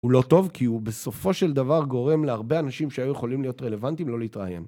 הוא לא טוב כי הוא בסופו של דבר גורם להרבה אנשים שהיו יכולים להיות רלוונטיים לא להתראין.